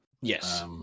Yes